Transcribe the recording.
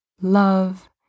love